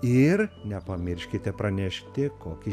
ir nepamirškite pranešti kokį